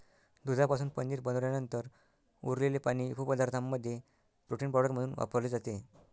दुधापासून पनीर बनवल्यानंतर उरलेले पाणी उपपदार्थांमध्ये प्रोटीन पावडर म्हणून वापरले जाते